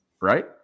right